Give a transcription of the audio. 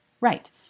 Right